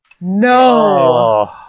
no